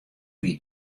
wie